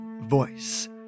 voice